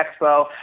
Expo